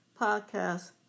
podcast